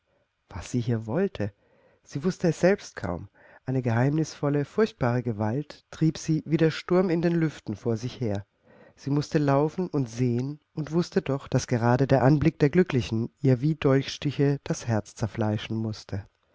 was sie hier wollte sie wußte es selbst kaum eine geheimnisvolle furchtbare gewalt trieb sie wie der sturm in den lüften vor sich her sie mußte laufen und sehen und wußte doch daß gerade der anblick der glücklichen ihr wie dolchstiche das herz zerfleischen mußte